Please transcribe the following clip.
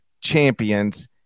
champions